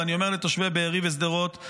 ואני אומר לתושבי בארי ושדרות,